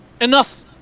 enough